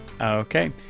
Okay